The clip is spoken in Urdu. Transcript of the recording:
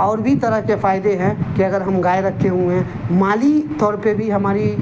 اور بھی طرح کے فائدے ہیں کہ اگر ہم گائے رکھے ہوئے ہیں مالی طور پہ بھی ہماری